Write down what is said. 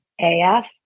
AF